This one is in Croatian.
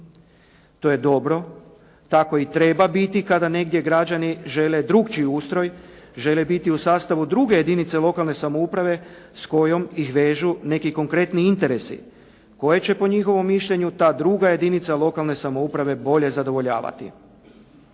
To je dobro, tako i treba biti. Kada negdje građani žele drukčiji ustroj, žele biti u sastavu druge jedinice lokalne samouprave s kojom ih vežu neki konkretni interesi koje će po njihovom mišljenju ta druga jedinica lokalne samouprave bolje zadovoljavati.